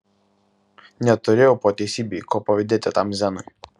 neturėjau po teisybei ko pavydėti tam zenui